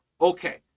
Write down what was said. okay